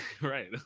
right